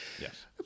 yes